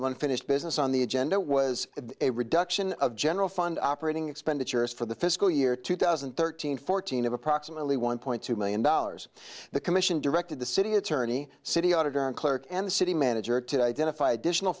of unfinished business on the agenda was a reduction of general fund operating expenditures for the fiscal year two thousand and thirteen fourteen of approximately one point two million dollars the commission directed the city attorney city auditor and clerk and city manager to identify additional